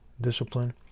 discipline